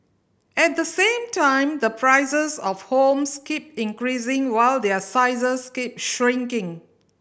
at the same time the prices of homes keep increasing while their sizes keep shrinking